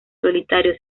solitario